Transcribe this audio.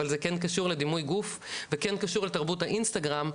אבל זה כן קשור לדימוי גוף וכן קשור לתרבות האינסטגרם,